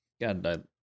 God